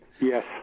Yes